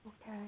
Okay